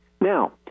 Now